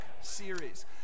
series